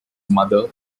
mother